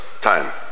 time